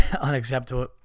unacceptable